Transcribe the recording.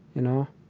you know.